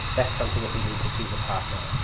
that's something that we need to tease apart now.